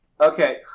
Okay